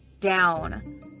down